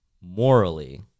morally